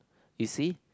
you see